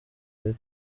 kuri